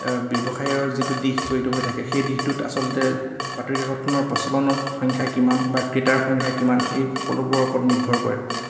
ব্যৱসায়ৰ যিটো দিশ জড়িত হৈ থাকে সেই দিশটোত আচলতে বাতৰি কাকতখনৰ প্ৰচলনৰ সংখ্যা কিমান বা ক্ৰেতাৰ সংখ্যা কিমান এই সকলোবোৰৰ ওপৰত নিৰ্ভৰ কৰে